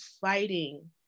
fighting